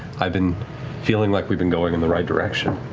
i've been feeling like we've been going in the right direction.